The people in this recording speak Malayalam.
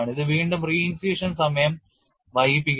ഇത് വീണ്ടും re initiation സമയം വൈകിപ്പിക്കുന്നു